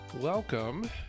Welcome